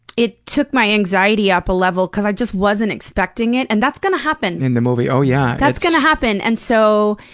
it took my anxiety up a level cause i just wasn't expecting it, and that's gonna happen. in the movie oh, yeah. that's gonna happen, and so,